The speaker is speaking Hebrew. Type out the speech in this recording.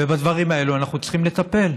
ובדברים האלה אנחנו צריכים לטפל.